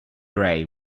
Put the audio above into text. ray